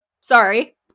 sorry